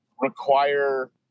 require